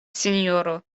sinjoro